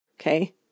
Okay